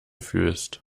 fühlst